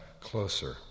closer